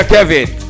Kevin